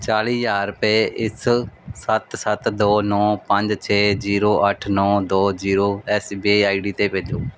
ਚਾਲੀ ਹਜ਼ਾਰ ਰੁਪਏ ਇਸ ਸੱਤ ਸੱਤ ਦੋ ਨੌ ਪੰਜ ਛੇ ਜ਼ੀਰੋ ਅੱਠ ਨੌ ਦੋ zero S B I I D 'ਤੇ ਭੇਜੋ